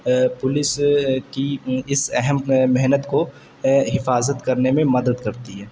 police کی اس اہم محنت کو حفاظت کرنے میں مدد کرتی ہے